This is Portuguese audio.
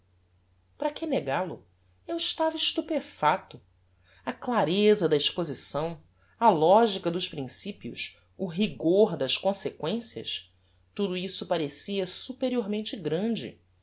para que negal o eu estava estupefacto a clareza da exposição a logica dos principios o rigor das consequencias tudo isso parecia superiormente grande